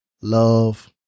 love